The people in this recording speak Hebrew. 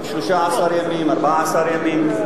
13 ימים, 14 ימים.